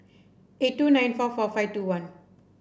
eight two nine four four five two one